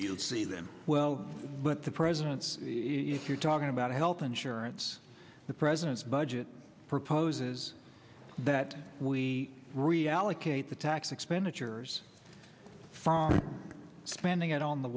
to see them well what the president's if you're talking about health insurance the president's budget proposes that we reallocate the tax expenditures far spending it on the